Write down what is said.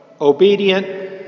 obedient